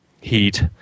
heat